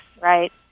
right